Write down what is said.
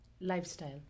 Lifestyle